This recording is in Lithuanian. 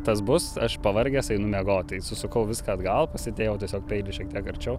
tas bus aš pavargęs einu miegot tai susukau viską atgal pasidėjau tiesiog peilį šiek tiek arčiau